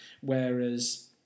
Whereas